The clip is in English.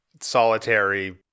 solitary